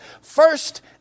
first